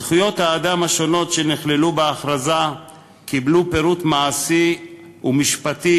זכויות האדם השונות שנכללו בהכרזה קיבלו פירוט מעשי ומשפטי